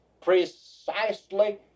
Precisely